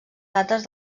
dates